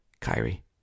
Kyrie